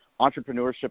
entrepreneurship